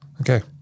Okay